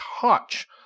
touch